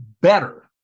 better